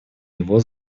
его